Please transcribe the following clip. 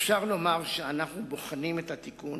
אפשר לומר שאנחנו בוחנים את התיקון